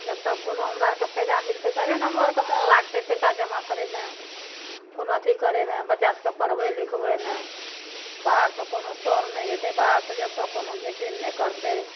जब तक कोनो हमरा आरके फैदा मिलतै तबहे ने हमरो आरके मोन लागतै पैसा जमा करैमे कोनो अथी करैमे बच्चा सबके पढ़बै लिखबैमे बाहर से कोनो सर नहि अयतै बाहर सए जबतक कोनो मीटिग नहि करतै